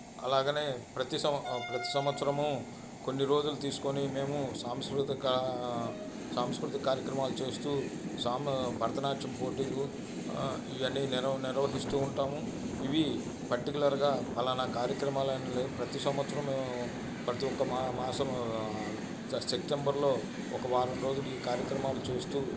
అలాగనే ప్రతి సంవత్సరము కొన్ని రోజులు తీసుకొని మేము సంస్కృతిక సంస్కృతి కార్యక్రమాలు చేస్తూ భరతనాట్యం పోటీలు ఇవన్నీ నిర్వహిస్తూ ఉంటాము ఇవి పర్టిక్యులర్గా పలానా కార్యక్రమాలని లేదు ప్రతి సంవత్సరం మేము ప్రతి ఒక్క మాసం సెప్టెంబర్లో ఒక వారం రోజులు ఈ కార్యక్రమాలు చేస్తూ